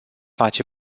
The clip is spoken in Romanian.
face